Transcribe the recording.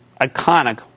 iconic